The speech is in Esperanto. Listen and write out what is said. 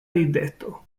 rideto